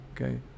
Okay